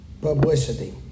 publicity